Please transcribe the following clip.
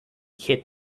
hit